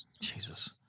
Jesus